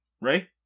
Ray